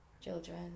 children